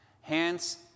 Hands